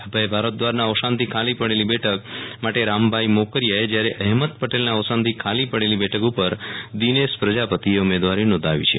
અભય ભારદ્વાજ ના અવસાન થી ખાલી પડેલી બેઠક માટે રામભાઇ મોકરિયા એ જ્યારે અહેમદ પટેલ ના અવસાન થી ખાલી પડેલી બેઠક ઉપર દિનેશ પ્રજાપતિ એ ઉમેદવારી નોંધાવી છે